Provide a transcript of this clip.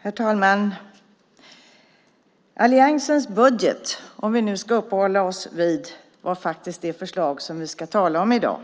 Herr talman! Alliansens budget, om vi nu ska uppehålla oss vid det förslag vi ska tala om i dag,